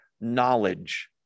knowledge